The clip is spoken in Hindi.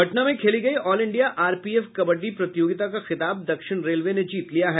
पटना में खेली गयी ऑल इंडिया आरपीएफ कबड्डी प्रतियोगिता का खिताब दक्षिण रेलवे ने जीत लिया है